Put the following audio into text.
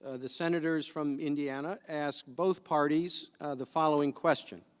ah the senators from indiana as both parties the following question